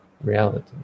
reality